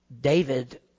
David